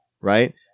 right